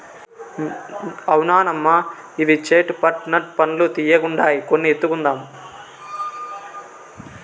అవునమ్మా ఇవి చేట్ పట్ నట్ పండ్లు తీయ్యగుండాయి కొన్ని ఎత్తుకుందాం